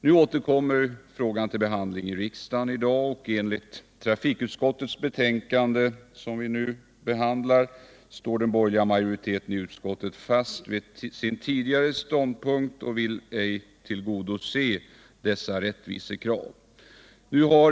Nu återkommer frågan i dag till behandling i riksdagen, och enligt trafikutskottets betänkande, som vi nu behandlar, står den borgerliga majoriteten i utskottet fast vid sin tidigare ståndpunkt och vill ej tillgodose dessa rättvisekrav.